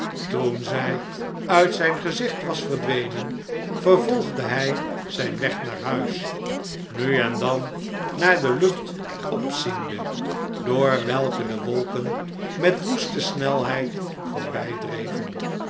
toen zij uit zijn gezicht was verdwenen vervolgde hij zijn weg naar huis nu en dan naar de lucht opziende door welke de wolken met woeste snelheid